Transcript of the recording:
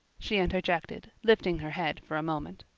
she interjected, lifting her head for a moment.